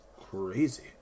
crazy